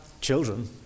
children